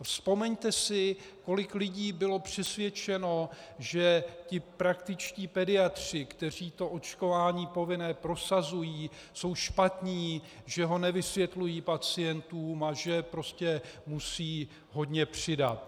Vzpomeňte si, kolik lidí bylo přesvědčeno, že ti praktičtí pediatři, kteří očkování povinné prosazují, jsou špatní, že ho nevysvětlují pacientům a že prostě musí hodně přidat.